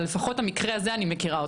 אבל לפחות את המקרה הזה אני מכירה.